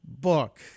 book